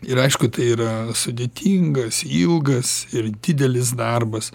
ir aišku tai yra sudėtingas ilgas ir didelis darbas